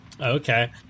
okay